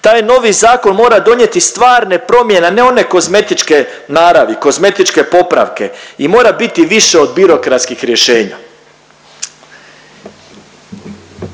Taj novi zakon mora donijeti stvarne promjene, a ne one kozmetičke naravi, kozmetičke popravke i mora biti više od birokratskih rješenja.